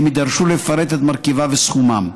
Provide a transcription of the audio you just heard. הם יידרשו לפרט את מרכיביו וסכומם.